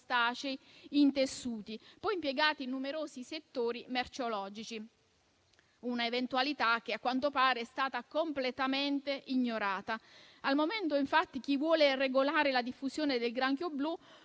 in tessuti, impiegati poi in numerosi settori merceologici. È una eventualità anche che - a quanto pare - è stata completamente ignorata. Al momento, infatti, chi vuole regolare la diffusione del granchio blu